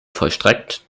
vollstreckt